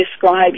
describe